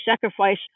sacrifice